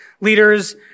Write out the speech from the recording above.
leaders